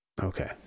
okay